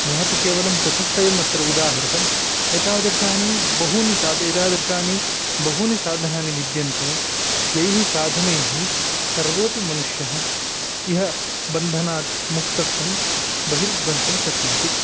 मया तु केवलं चतुष्टयम् अत्र उदाहृतम् एतादृशानि बहूनि साद् एतादृशानि बहूनि साधनानि विद्यन्ते यैः साधनैः सर्वोपि मनुष्यः इह बन्धनात् मुक्तस्सन् बहिर्गन्तुं शक्नोति